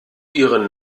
ihren